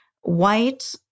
white-